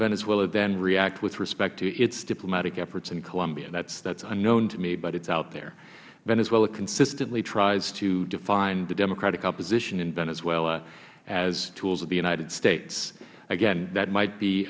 venezuela then react with respect to its diplomatic efforts in colombia that is unknown to me but it is out there venezuela consistently tries to define the democratic opposition in venezuela as tools of the united states again that might be